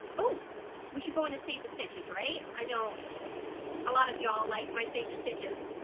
oh we should go in to save the stitches right i know a lot of y'all like my save the stitches.